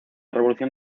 revolución